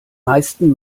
meisten